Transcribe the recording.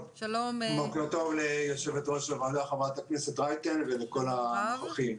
בוקר טוב ליושבת-ראש הוועדה חברת הכנסת רייטן וכל הנוכחים.